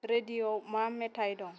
रेडिअआव मा मेथाय दं